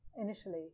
initially